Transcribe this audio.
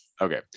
Okay